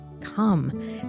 come